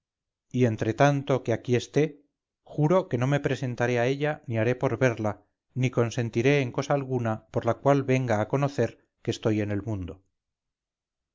y entretanto que aquí esté juro que no me presentaré a ella ni haré por verla ni consentiré en cosa alguna por la cual venga a conocer que estoy en el mundo